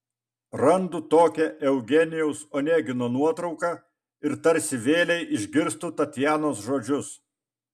randu tokią eugenijaus onegino nuotrauką ir tarsi vėlei išgirstu tatjanos žodžius